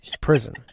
Prison